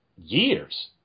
years